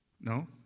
No